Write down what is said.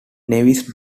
nevis